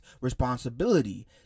responsibility